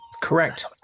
Correct